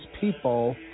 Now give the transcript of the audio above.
people